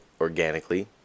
organically